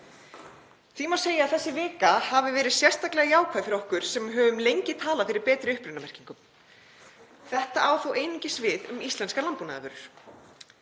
Því má segja að þessi vika hafi verið sérstaklega jákvæð fyrir okkur sem höfum lengi talað fyrir betri upprunamerkingu. Þetta á þó einungis við um íslenskar landbúnaðarvörur.